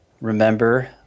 remember